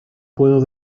puedo